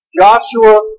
Joshua